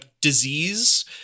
disease